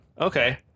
okay